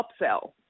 upsell